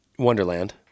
Wonderland